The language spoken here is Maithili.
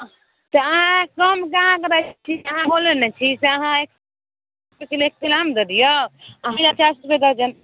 तऽ अहाँ कम कहाँ करैत छी अहाँ बोलैत नहि छी से अहाँ एक सए बीस रूपे एक किलो आम दऽ दिऔ आ केला चालिस रूपे दर्जन